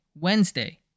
Wednesday